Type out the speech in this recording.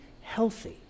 healthy